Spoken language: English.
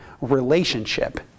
relationship